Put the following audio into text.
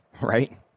Right